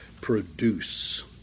produce